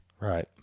Right